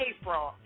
April